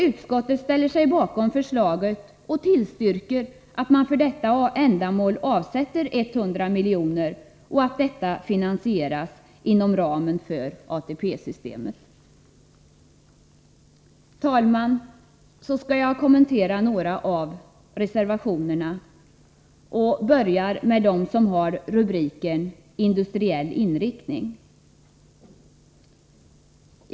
Utskottet ställer sig bakom förslaget och tillstyrker att man för detta ändamål avsätter 100 milj.kr. och att detta finansieras inom ramen för ATP-systemet. Herr talman! Så skall jag kommentera några av reservationerna och börjar med dem som har rubriken Industripolitikens inriktning.